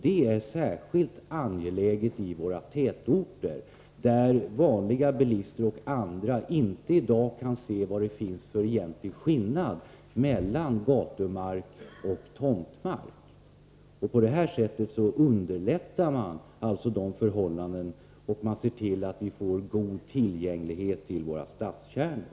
Detta är särskilt viktigt i våra tätorter, där vanliga bilister i dag inte kan se vad det egentligen är för skillnad mellan gatumark och tomtmark. På detta sätt underlättar man alltså för dem. Vi får också god tillgänglighet till våra stadskärnor.